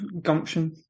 gumption